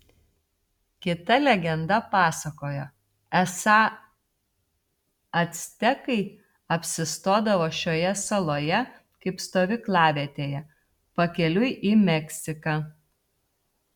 kita legenda pasakoja esą actekai apsistodavo šioje saloje kaip stovyklavietėje pakeliui į meksiką